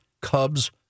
Cubs